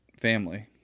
family